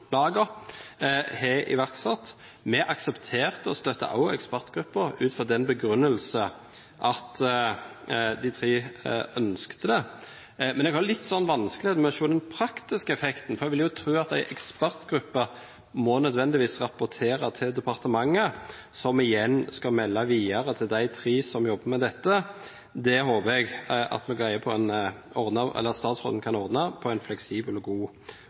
har iverksatt, er bra. Vi aksepterte – og støttet også – opprettelsen av en ekspertgruppe, ut fra den begrunnelsen at de tre ønsket det. Men jeg har litt vanskeligheter med å se den praktiske effekten, for jeg vil tro at en ekspertgruppe nødvendigvis må rapportere til departementet, som igjen skal melde videre til de tre som jobber med dette. Det håper jeg at statsråden kan ordne på en fleksibel og god